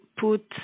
put